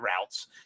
routes